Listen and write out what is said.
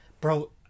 bro